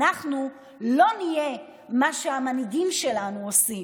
אנחנו לא נעשה מה שהמנהיגים שלנו עושים.